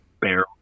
Barrel